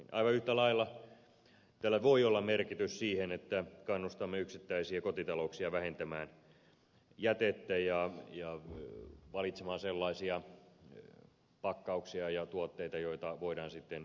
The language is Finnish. aivan yhtä lailla tällä voi olla merkitys siinä että kannustamme yksittäisiä kotitalouksia vähentämään jätettä ja valitsemaan sellaisia pakkauksia ja tuotteita joita voidaan sitten hyötykäyttää